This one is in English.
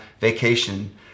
vacation